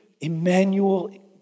Emmanuel